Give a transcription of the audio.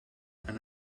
and